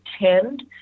attend